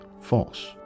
false